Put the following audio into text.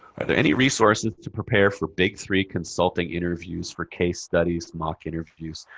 are there any resources to prepare for big three consulting interviews, for case studies, mock interviews.